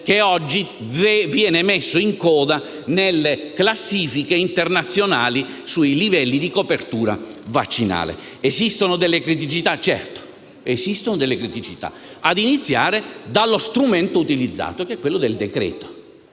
che oggi viene messo in coda nelle classifiche internazionali sui livelli di copertura vaccinale. Certamente esistono delle criticità, ad iniziare dallo strumento utilizzato che è il decreto.